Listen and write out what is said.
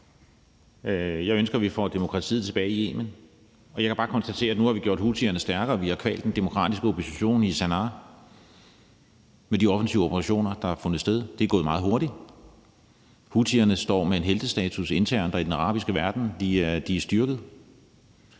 Jeg ønsker, at vi får demokratiet tilbage i Yemen, og jeg kan bare konstatere, at vi nu har gjort houthierne stærkere, og at vi har kvalt den demokratiske opposition i Sanaa med de offensive operationer, der har fundet sted. Det er gået meget hurtigt. Houthierne står med en heltestatus internt og i den arabiske verden, og de er styrket.